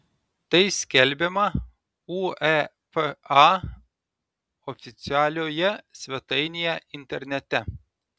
tai skelbiama uefa oficialioje svetainėje internete